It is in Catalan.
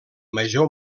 major